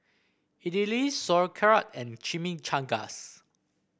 Idili Sauerkraut and Chimichangas